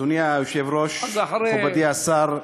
אדוני היושב-ראש, מכובדי השר,